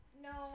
No